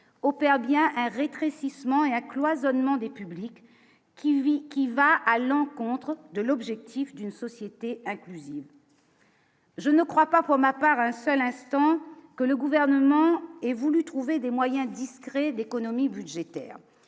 opère bien un rétrécissement et un cloisonnement des publics qui lui qui va à l'encontre de l'objectif d'une société inclusive. Je ne crois pas, pour ma part, un seul instant que le gouvernement est voulu trouver des moyens discrets d'économies budgétaires,